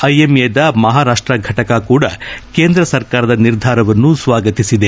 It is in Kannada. ಐಎಂಎದ ಮಹಾರಾಷ್ಷ ಘಟಕ ಕೂಡ ಕೇಂದ್ರ ಸರ್ಕಾರದ ನಿರ್ಧಾರವನ್ನು ಸ್ವಾಗತಿಸಿದೆ